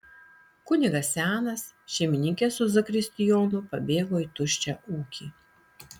kunigas senas šeimininkė su zakristijonu pabėgo į tuščią ūkį